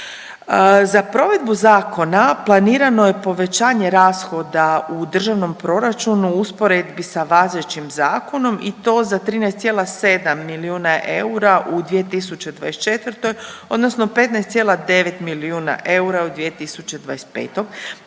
Za provedbu zakona planirano je povećanje rashoda u državnom proračunu u usporedbi sa važećim zakonom i to za 13,7 milijuna eura u 2024. odnosno 15,9 milijuna eura u 2025. te